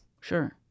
Sure